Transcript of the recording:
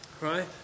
Right